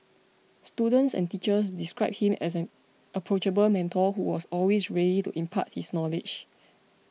students and teachers described him as an approachable mentor who was always ready to impart his knowledge